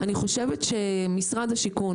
אני חושבת שמשרד השיכון,